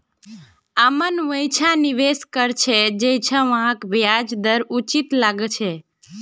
अमन वैछा निवेश कर छ जैछा वहाक ब्याज दर उचित लागछे